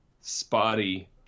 spotty